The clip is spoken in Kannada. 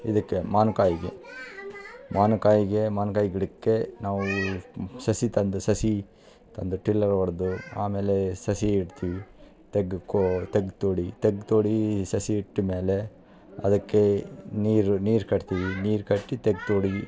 ಇದಕ್ಕೆ ಮಾವಿನ್ಕಾಯಿಗೆ ಮಾವಿನ್ಕಾಯಿಗೆ ಮಾವಿನ್ಕಾಯಿ ಗಿಡಕ್ಕೆ ನಾವು ಸಸಿ ತಂದು ಸಸಿ ತಂದು ಟಿಲ್ಲರ್ ಹೊಡ್ದು ಆಮೇಲೇ ಸಸಿ ಇಡ್ತೀವಿ ತೆಗ್ಗು ಕೋ ತೆಗ್ಗು ತೋಡಿ ತೆಗ್ಗು ತೋಡೀ ಸಸಿ ಇಟ್ಟ ಮೇಲೆ ಅದಕ್ಕೇ ನೀರು ನೀರು ಕಟ್ತೀವಿ ನೀರು ಕಟ್ಟಿ ತೆಗ್ಗು ತೋಡಿ